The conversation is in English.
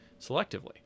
selectively